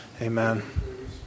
Amen